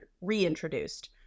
reintroduced